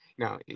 Now